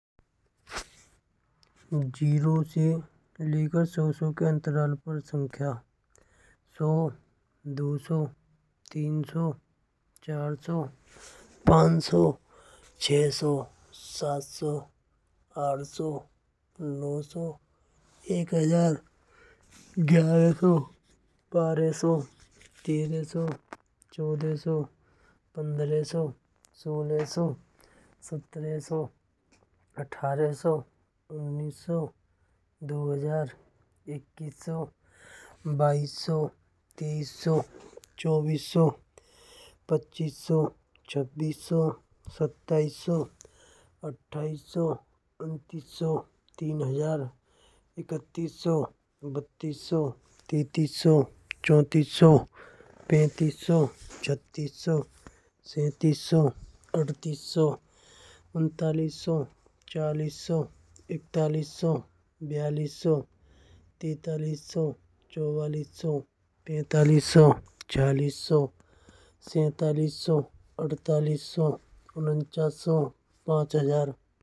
शून्य से ले कर सौ सौ के अंतराल पर संख्या एक सौ, दो सौ, तीन सौ, चार सौ, पाँच सौ, छह सौ, सात सौ, आठ सौ, नौ सौ, एक हज़ार। ग्यारह सौ, बारह सौ, तेरह सौ, चौदह सौ, पंद्रह सौ, सोलह सौ, सत्रह सौ, अठारह सौ, उन्नीस सौ, दो हज़ार। इक्कीस सौ, बाइस सौ, तेईस सौ, चौबीस सौ, पच्चीस सौ, छब्बीस सौ, सत्ताईस सौ, अट्ठाईस सौ, उनतीस सौ, तीन हज़ार। इकत्तीस सौ, बत्तीस सौ, तैंतीस सौ, चौंतीस सौ, पैंतीस सौ, छत्तीस सौ, सैंतीस सौ, अड़तीस सौ, उनतालीस सौ, चार हज़ार। इकतालीस सौ, बयालीस सौ, तैंतालीस सौ, चौंतीस सौ, पैंतालीस सौ, छियालिस सौ, सैंतालीस सौ, अड़तालीस सौ, उनचास सौ, पाँच हज़ार।